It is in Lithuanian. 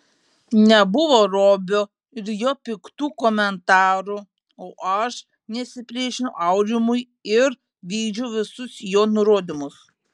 nebuvo robio ir jo piktų komentarų o aš nesipriešinau aurimui ir vykdžiau visus jo nurodymus